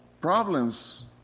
problems